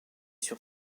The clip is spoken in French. sur